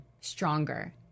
stronger